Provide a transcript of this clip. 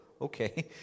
okay